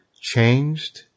changed